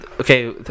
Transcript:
Okay